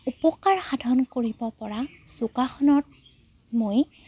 উপকাৰ সাধন কৰিব পৰা যোগাসনত মই